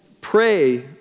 pray